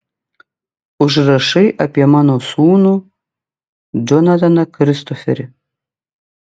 užrašai apie mano sūnų džonataną kristoferį